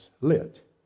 lit